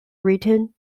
written